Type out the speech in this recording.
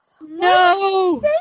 No